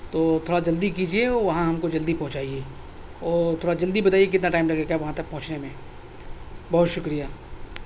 تو تھوڑا جلدی کیجیے اور وہاں ہم کو جلدی پہنچائیے اور تھوڑا جلدی بتائیے کتنا ٹائم لگے گا وہاں تک پہنچنے میں بہت شکریہ